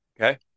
Okay